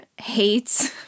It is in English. hates